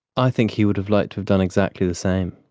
i think he would have liked to have done exactly the same.